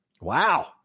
Wow